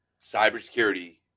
cybersecurity